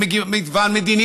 ומגוון מדיני.